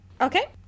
Okay